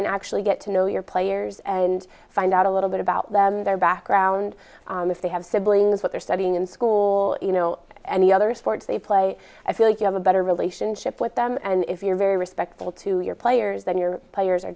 and actually get to know your players and find out a little bit about them their background if they have siblings what they're studying in school you know any other sports they play i feel you have a better relationship with them and if you're very respectful to your players then your players are